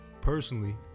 Personally